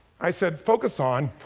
i said focus on,